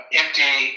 empty